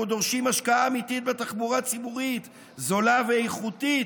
אנחנו דורשים השקעה אמיתית בתחבורה ציבורית זולה ואיכותית,